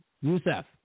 Youssef